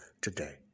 today